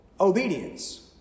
obedience